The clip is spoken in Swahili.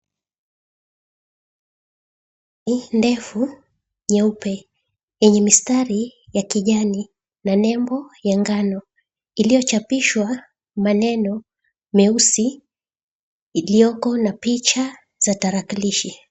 Ndefu nyeupe yenye mistari ya kijani na nembo ya ngano iliyochapishwa maneno meusi iliyoko na picha za tarakilishi.